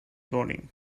coding